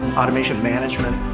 automation management.